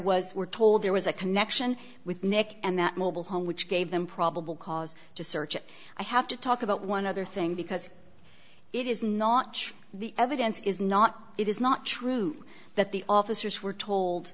was we're told there was a connection with nick and that mobile home which gave them probable cause to search i have to talk about one other thing because it is not true the evidence is not it is not true that the officers were told